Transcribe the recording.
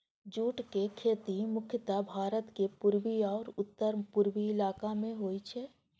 जूटक खेती मुख्यतः भारतक पूर्वी आ उत्तर पूर्वी इलाका मे होइ छै